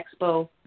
expo